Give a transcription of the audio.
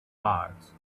hearts